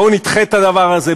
בואו נדחה את הדבר הזה.